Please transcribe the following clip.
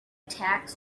tax